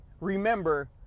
remember